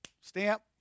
stamp